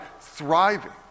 thriving